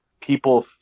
people